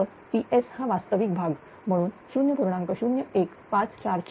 तरPS हा वास्तविक भाग म्हणून0